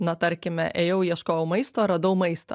na tarkime ėjau ieškojau maisto radau maistą